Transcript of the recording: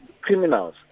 criminals